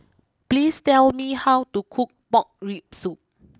please tell me how to cook Pork Rib Soup